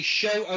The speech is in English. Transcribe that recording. show